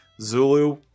Zulu